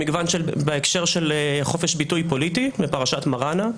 במגוון של בהקשר של חופש ביטוי פוליטי בפרשת מרנה,